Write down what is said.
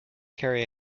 carry